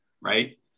right